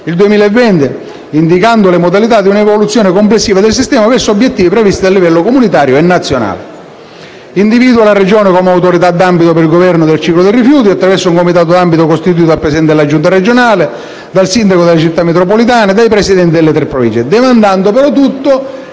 il 2020, indicando le modalità di una evoluzione complessiva del sistema verso gli obiettivi previsti a livello comunitario e nazionale. Esso individua inoltre la Regione come autorità d'ambito per il governo del ciclo dei rifiuti, attraverso un comitato d'ambito costituito dal presidente della Giunta regionale, dal sindaco della città metropolitana e dai presidenti delle Province, demandando la più